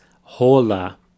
hola